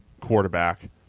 quarterback